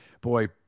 Boy